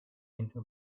into